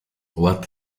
what